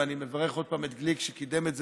ואני מברך עוד פעם את גליק על שהוא קידם את זה,